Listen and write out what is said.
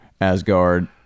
Asgard